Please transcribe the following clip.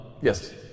yes